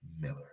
Miller